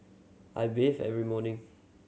I bathe every morning